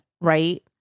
right